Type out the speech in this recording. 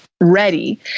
ready